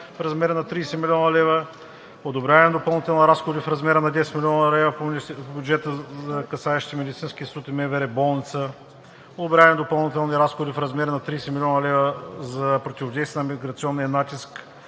в размер на 30 млн. лв.; одобряване на допълнителни разходи в размер на 10 млн. лв. по бюджета, касаещи Медицинския институт и МВР болница; одобряване на допълнителни разходи в размер на 30 млн. лв. за противодействие на миграционния натиск;